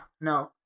no